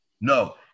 No